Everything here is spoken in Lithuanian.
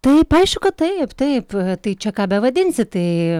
taip aišku kad taip taip tai čia ką bevadinsi tai